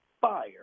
fire